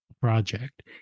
project